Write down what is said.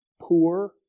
poor